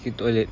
ke toilet